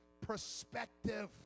perspective